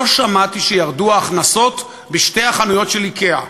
לא שמעתי שירדו ההכנסות בשתי החנויות של "איקאה".